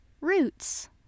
roots